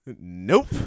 Nope